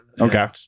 Okay